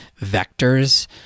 vectors